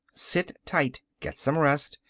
sit tight. get some rest.